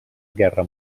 guerra